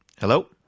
Hello